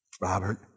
Robert